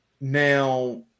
Now